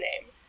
name